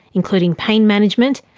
including pain management,